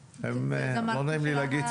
לא נעים לי להגיד,